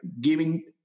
giving